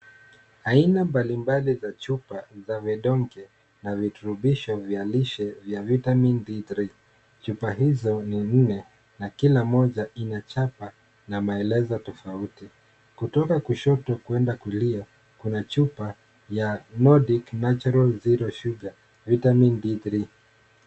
Aina mbalimbali za chupa za vidonge na viturubisho vya lishe vya Vitamin D3, chupa hizo ni nne na kila mija ina chapa na maelezo tofauti. Kutoka kushoto kwenda kulia kuna chupa ya Nodic Natura Sugar Vitamin D3 .